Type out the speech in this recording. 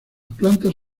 plantas